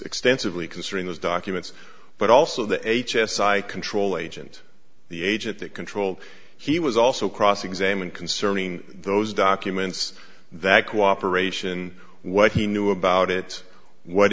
extensively concerning those documents but also the h s i control agent the agent that controlled he was also cross examined concerning those documents that cooperation what he knew about it what